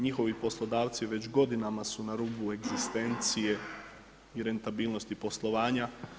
Njihovi poslodavci već godinama su na rubu egzistencije i rentabilnosti poslovanja.